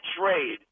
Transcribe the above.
trade